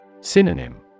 Synonym